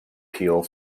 peel